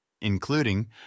including